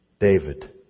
David